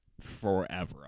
forever